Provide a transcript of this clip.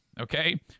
Okay